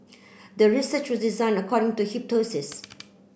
the research was designed according to hypothesis